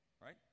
right